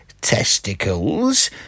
testicles